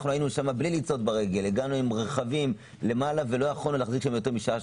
אנחנו הגענו עם רכבים למעלה ולא יכולנו להחזיק יותר משעה,